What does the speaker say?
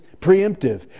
preemptive